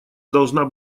должна